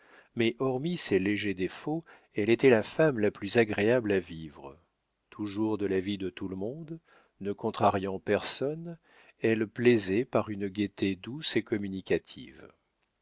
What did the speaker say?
mais hormis ces légers défauts elle était la femme la plus agréable à vivre toujours de l'avis de tout le monde ne contrariant personne elle plaisait par une gaieté douce et communicative